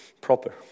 proper